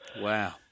Wow